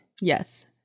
Yes